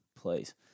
Please